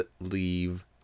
Leave